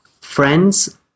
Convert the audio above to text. friends